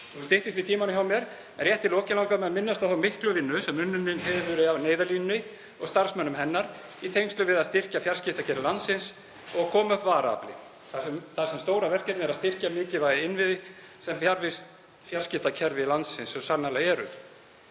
Nú styttist í tímanum hjá mér en rétt í lokin langar mig að minnast á þá miklu vinnu sem unnin hefur verið af Neyðarlínunni og starfsmönnum hennar í tengslum við að styrkja fjarskiptakerfi landsins og koma upp varaafli, þar sem stóra verkefnið er að styrkja mikilvæga innviði sem fjarskiptakerfi landsins svo sannarlega eru.